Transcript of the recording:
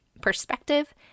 perspective